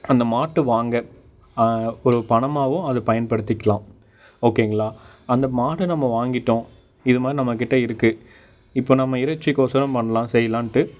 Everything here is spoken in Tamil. அந்த மாட்டு வாங்க ஒரு பணமாகவும் அதை பயன்படுத்திக்லாம் ஓகேங்களா அந்த மாடை நம்ம வாங்கிவிட்டோம் இது மாதிரி நம்மகிட்ட இருக்கு இப்போ நம்ம இறைச்சிக்கோசரம் பண்ணலாம் செய்லாண்ட்டு